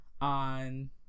on